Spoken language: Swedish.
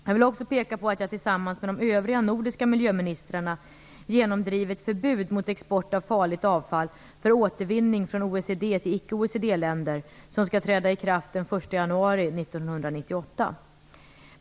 Jag vill också peka på att jag tillsammans med de övriga nordiska miljöministrarna genomdrivit förbud mot export av farligt avfall för återvinning från OECD-länder till icke-OECD-länder som skall träda i kraft den 1 januari 1998.